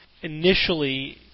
initially